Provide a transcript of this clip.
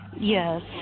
Yes